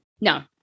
No